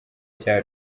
cya